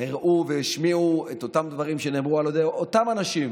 הראו והשמיעו את אותם דברים שנאמרו על ידי אותם אנשים